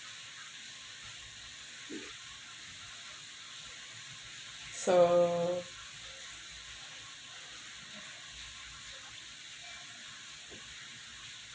so